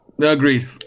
Agreed